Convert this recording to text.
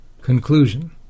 Conclusion